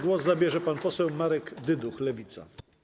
Głos zabierze pan poseł Marek Dyduch, Lewica.